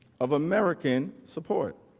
of american support